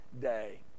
day